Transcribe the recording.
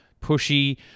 pushy